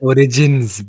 Origins